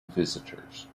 visitors